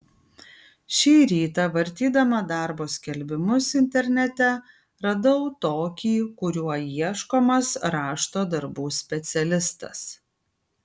šį rytą vartydama darbo skelbimus internete radau tokį kuriuo ieškomas rašto darbų specialistas